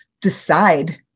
decide